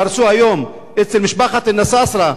שהרסו היום אצל משפחת נסאסרה,